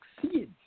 succeed